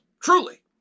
Truly